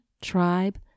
tribe